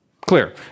Clear